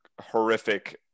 horrific